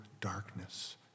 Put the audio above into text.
darkness